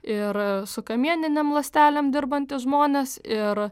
ir su kamieninėm ląstelėm dirbantys žmonės ir